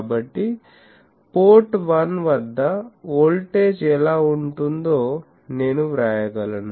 కాబట్టి పోర్ట్ 1 వద్ద వోల్టేజ్ ఎలా ఉంటుందో నేను వ్రాయగలను